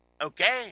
Okay